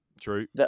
true